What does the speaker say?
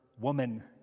Woman